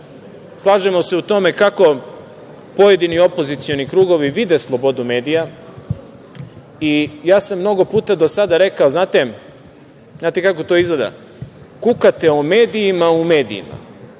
slažemo se u tome kako pojedini opozicioni krugovi vide slobodu medija, i ja sam mnogo puta do sada rekao, znate kako to izgleda, kukate o medijima u medijima,